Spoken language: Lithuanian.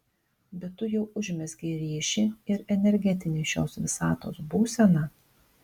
bet tu jau užmezgei ryšį ir energetinė šios visatos būsena